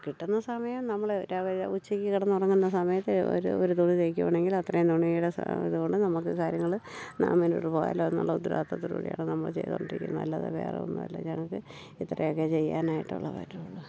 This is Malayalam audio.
കിട്ടുന്ന സമയം നമ്മൾ ഉച്ചയ്ക്ക് കിടന്നുറങ്ങുന്ന സമയത്ത് ഒരു ഒരു തുണി തയ്ക്കുകയാണെങ്കിൽ അത്രയും തുണിയുടെ ഇതുകൊണ്ട് നമുക്ക് കാര്യങ്ങൾ മുന്നോട്ടു പോവാലോ എന്നുള്ള ഉത്ത്രവാദിത്തത്തിലൂടെയാണ് നമ്മൾ ചെയ്തു കൊണ്ടിരിക്കുന്നത് അല്ലതെ വേറെന്നുമല്ല ഞങ്ങൾക്ക് ഇത്രയൊക്കെ ചെയ്യാനായിട്ടുള്ള വരുള്ളൂ